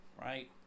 right